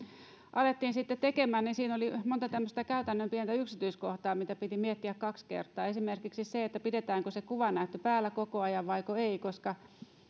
alettiin sitten tekemään niin siinä oli monta tämmöistä pientä käytännön yksityiskohtaa mitä piti miettiä kaksi kertaa esimerkiksi pidetäänkö se kuvanäyttö päällä koko ajan vaiko ei koska